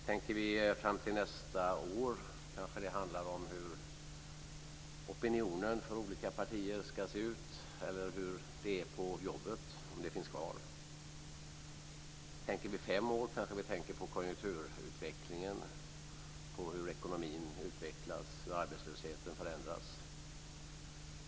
Tänker vi fram till nästa år kanske det handlar om hur opinionen för olika partier ska se ut eller hur det är på jobbet - om det finns kvar. Tänker vi fem år framåt kanske vi tänker på konjunkturutvecklingen, på hur ekonomin utvecklas och arbetslösheten förändras.